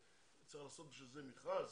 צריך לעשות בשביל זה מכרז?